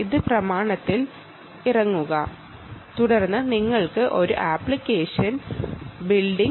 ഈ ഡോക്യുമെന്റ് നോക്കുക തുടർന്ന് നിങ്ങൾക്ക് ഒരു അപ്ലിക്കേഷൻ ബിൽഡ്